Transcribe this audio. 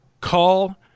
call